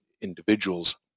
individual's